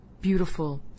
beautiful